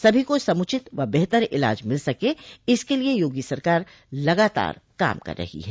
सभी को समुचित व बेहतर इलाज मिल सके इसके लिये योगी सरकार लगातार काम कर रही है